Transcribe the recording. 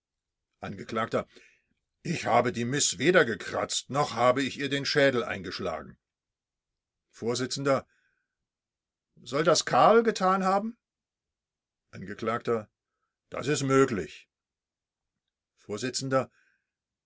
angekl ich habe die miß weder gekratzt noch habe ich ihr den schädel eingeschlagen vors soll das karl getan haben angekl das ist möglich